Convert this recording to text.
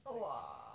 !wah!